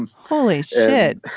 holly said